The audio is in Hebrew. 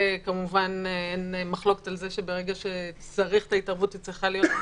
כמובן אין מחלוקת על זה שברגע שצריך את ההתערבות היא צריכה להיות,